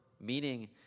meaning